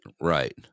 right